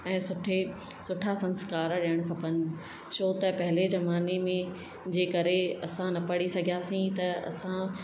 ऐं सुठे सुठा संस्कार ॾियणु खपनि छो त पहिले ज़माने में जे करे असां न पढ़ी सघियासीं त असां